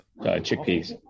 Chickpeas